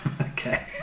Okay